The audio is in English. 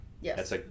Yes